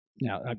Now